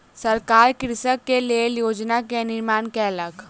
सरकार कृषक के लेल योजना के निर्माण केलक